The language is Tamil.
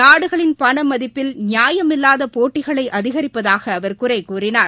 நாடுகளின் பண மதிப்பில் நியாயமில்லாத போட்டிகளை அதிகரிப்பதாக அவர் குறை கூறினார்